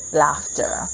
laughter